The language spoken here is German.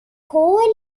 kohle